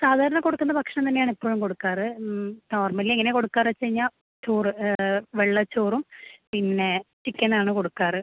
സാധാരണ കൊടുക്കുന്ന ഭക്ഷണം തന്നെയാണ് ഇപ്പോഴും കൊടുക്കാറ് നോർമലി എങ്ങനെയാണ് കൊടുക്കാറ് വെച്ച് കഴിഞ്ഞാൽ ചോറ് വെള്ള ചോറും പിന്നെ ചിക്കൻ ആണ് കൊടുക്കാറ്